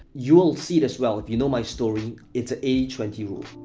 you'll see this well if you know my story. it's an eighty twenty rule,